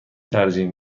ترجیح